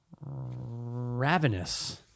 Ravenous